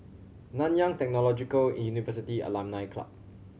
Nanyang Technological University Alumni Club